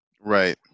Right